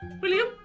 William